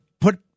put